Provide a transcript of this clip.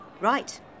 right